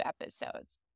episodes